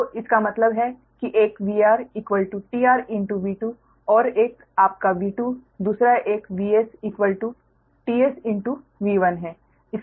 तो इसका मतलब है कि एक V R t RV2 और एक आपका V2 दूसरा एक V s t sV 1 है